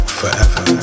forever